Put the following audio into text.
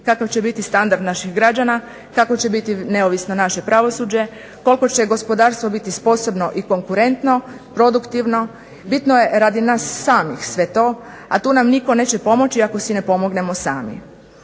Kakav će biti standard naših građana, kakvo će biti neovisno naše pravosuđe, koliko će gospodarstvo biti sposobno i konkurentno, produktivno bitno je radi nas samih sve to, a tu nam nitko neće pomoći ako si ne pomognemo sami.